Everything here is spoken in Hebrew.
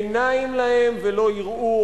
עיניים להם ולא יראו,